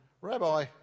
Rabbi